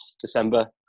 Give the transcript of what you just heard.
December